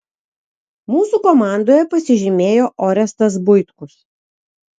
mūsų komandoje pasižymėjo orestas buitkus